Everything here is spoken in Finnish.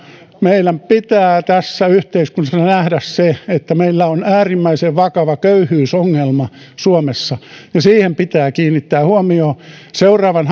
meidän pitää tässä yhteiskunnassa nähdä se että meillä on äärimmäisen vakava köyhyysongelma suomessa ja siihen pitää kiinnittää huomiota seuraavan